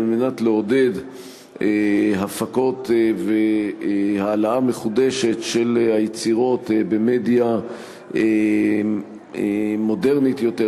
על מנת לעודד הפקות והעלאה מחודשת של היצירות במדיה מודרנית יותר,